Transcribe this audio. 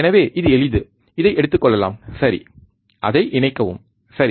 எனவே இது எளிது இதை எடுத்துக்கொள்ளலாம் சரி அதை இணைக்கவும் சரி